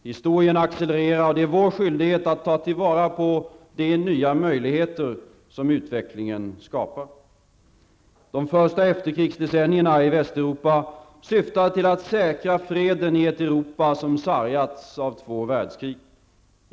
Historien accelererar och det är vår skyldighet att ta till vara de nya möjligheter som utvecklingen skapar. De första efterkrigsdecenniernas integrationsarbete i Västeuropa syftade till att säkra freden i ett Europa som sargats av två världskrig.